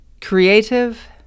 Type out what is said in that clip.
creative